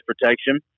protection